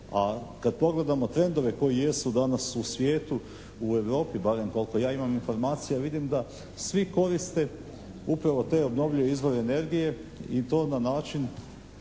kad pogledamo trendove koji jesu danas u svijetu, u Europi barem koliko ja imam informacija vidim da svi koriste upravo te obnovljive izvore energije i to na način